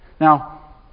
Now